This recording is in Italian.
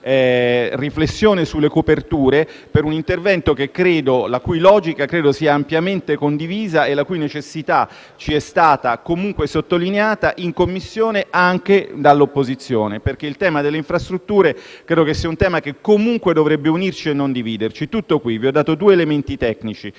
riflessione sulle coperture per un intervento la cui logica credo sia ampiamente condivisa e la cui necessità ci è stata sottolineata in Commissione anche dall'opposizione, perché il tema delle infrastrutture credo che comunque dovrebbe unirci e non dividerci. Tutto qui. Vi ho dato due elementi tecnici: